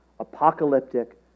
apocalyptic